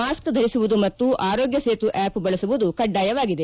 mask ಧರಿಸುವುದು ಮತ್ತು Aarogya Setu app ಬಳಸುವುದು ಕಡ್ಡಾಯವಾಗಿದೆ